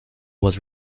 was